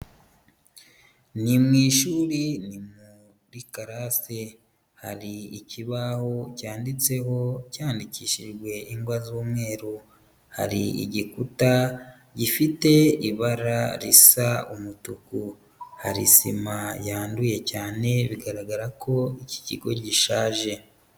Ni mu ishuri ni muri class, hari ikibaho cyanditseho cyandikishijwe ingwa z'umweru, hari igikuta gifite ibara risa umutuku, hari sima yanduye cyane bigaragara ko iki kigo gishaje.